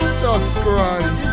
subscribe